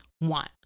want